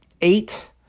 eight